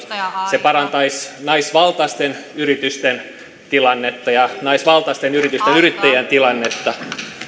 se parantaisi naisvaltaisten yritysten tilannetta ja naisvaltaisten yritysten yrittäjien tilannetta